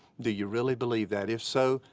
do you really believe that? if so,